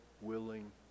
willing